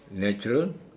natural